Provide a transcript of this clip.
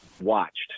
watched